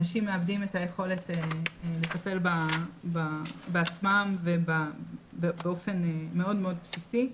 אנשים מאבדים את היכולת לטפל בעצמם באופן מאוד מאוד בסיסי.